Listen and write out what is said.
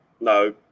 No